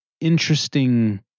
interesting